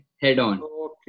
head-on